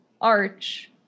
arch